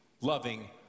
loving